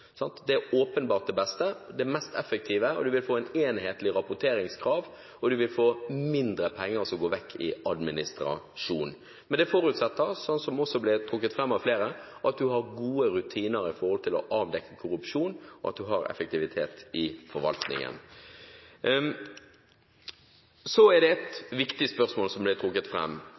Det er åpenbart det beste og det mest effektive. Du vil få et enhetlig rapporteringskrav, og mindre penger som går vekk i administrasjon. Men det forutsetter, som det ble trukket fram av flere, at du har gode rutiner når det gjelder å avdekke korrupsjon, og at du har effektivitet i forvaltningen. Så er det et viktig spørsmål som ble trukket